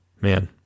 man